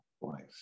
life